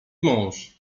mąż